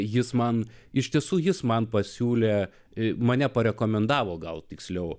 jis man iš tiesų jis man pasiūlė į mane parekomendavo gal tiksliau